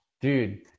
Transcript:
Dude